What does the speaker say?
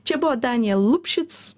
čia buvo danijel lupšits